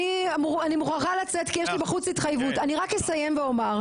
אני רק אסיים ואומר,